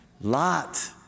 Lot